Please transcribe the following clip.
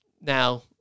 Now